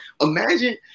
imagine